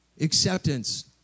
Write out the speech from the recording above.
Acceptance